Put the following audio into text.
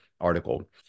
article